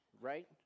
right